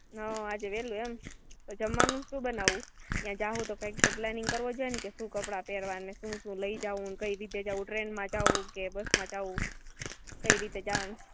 હ આજે વહેલું એમ તો જમવાનું શું બનાવું ત્યાં જઈશું તો કંઈક તો પ્લાનિંગ કરવો જોઈને કે શું કપડા પહેરવાને શું શું લઈ જવું કઈ રીતે જવું ટ્રેનમાં જવું કે બસમાં જવું કઈ રીતે જવાનું